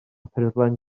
ffurflen